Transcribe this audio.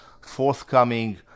forthcoming